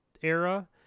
era